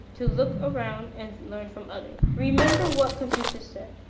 to look around and learn from others. remember what confucius said,